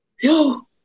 yo